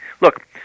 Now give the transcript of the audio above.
look